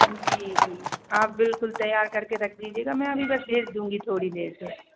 जी जी आप बिल्कुल तैयार करके रख दीजिएगा मैं अभी बस भेज दूँगी थोड़ी देर से